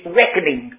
reckoning